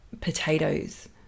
potatoes